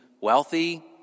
wealthy